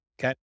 Okay